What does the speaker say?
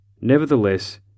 Nevertheless